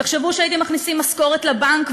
תחשבו שהייתם מכניסים משכורת לבנק,